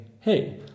Hey